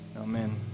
Amen